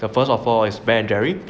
the first of all is Ben and Jerry